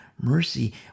mercy